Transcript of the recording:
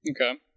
Okay